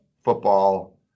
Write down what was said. football